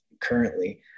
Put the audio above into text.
currently